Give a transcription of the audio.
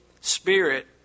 spirit